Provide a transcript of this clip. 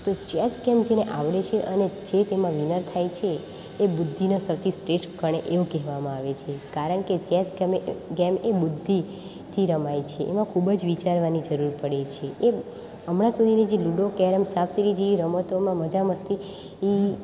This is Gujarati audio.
તો ચેસ ગેમ જેને આવડે છે અને જે તેમાં વિનર થાય છે એ બુદ્ધિનો સૌથી શ્રેષ્ઠ કણે એવું કહેવામાં આવે છે કારણ કે ચેસ ગેમ ગેમ એ બુદ્ધિ થી રમાય છે એમાં ખૂબ જ વિચારવાની જરૂર પડે છે એ હમણાં સુધીની જે લૂડો કેરમ સાપ સીડી જેવી રમતોમાં મજા મસ્તી એ